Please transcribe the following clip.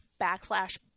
backslash